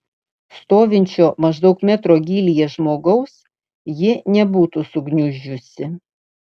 stovinčio maždaug metro gylyje žmogaus ji nebūtų sugniuždžiusi